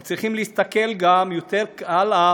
הם צריכים להסתכל עוד גם הלאה,